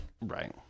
Right